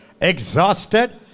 exhausted